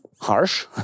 harsh